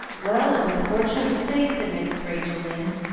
well, it was a fortunate mistake, said mrs. rachel lynde,